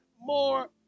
more